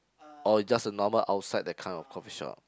or is just a normal outside that kind of coffee shop